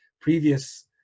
previous